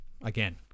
Again